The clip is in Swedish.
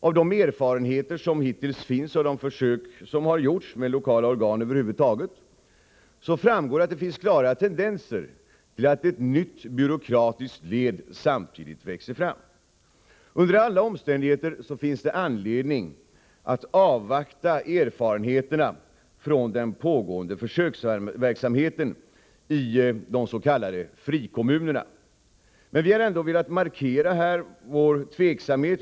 Av de erfarenheter som hittills finns och de försök som har gjorts med lokala organ över huvud taget framgår att det finns klara tendenser till att ett nytt byråkratiskt led samtidigt växer fram. Under alla omständigheter finns det anledning att avvakta erfarenheterna från den pågående försöksverksamheten i de s.k. frikommunerna. Men vi har här velat markera vår tveksamhet.